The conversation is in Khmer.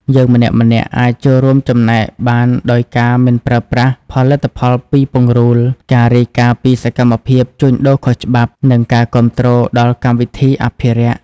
យើងម្នាក់ៗអាចចូលរួមចំណែកបានដោយការមិនប្រើប្រាស់ផលិតផលពីពង្រូល ការរាយការណ៍ពីសកម្មភាពជួញដូរខុសច្បាប់ និងការគាំទ្រដល់កម្មវិធីអភិរក្ស។